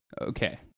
Okay